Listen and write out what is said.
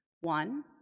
One